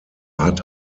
hat